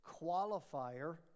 qualifier